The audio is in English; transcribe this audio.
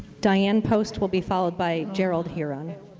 diane post will be followed by gerald heron.